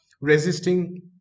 resisting